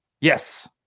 Yes